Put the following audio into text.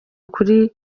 kuri